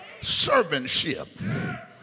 servantship